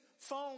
phone